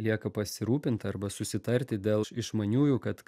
lieka pasirūpint arba susitarti dėl išmaniųjų kad